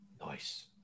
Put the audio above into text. Nice